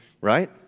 right